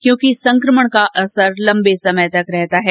क्योंकि संक्रमण का असर लम्बे समय तक रहता है